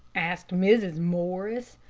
asked mrs. morris.